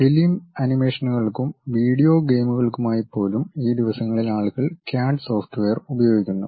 film ആനിമേഷനുകൾക്കും video ഗെയിമുകൾക്കുമായി പോലും ഈ ദിവസങ്ങളിൽ ആളുകൾ ക്യാഡ് സോഫ്റ്റ്വെയർ ഉപയോഗിക്കുന്നു